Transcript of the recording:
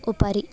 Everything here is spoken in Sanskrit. उपरि